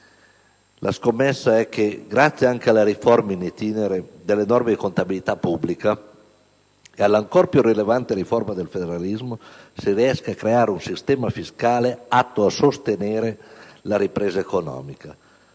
La scommessa è che, grazie anche alla riforma *in itinere* delle norme di la contabilità pubblica ed alla ancor più rilevante riforma del federalismo, si riesca a creare un sistema fiscale, atto a sostenere la ripresa economica.